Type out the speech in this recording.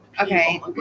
Okay